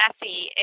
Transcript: messy